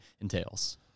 entails